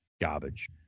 garbage